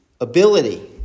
ability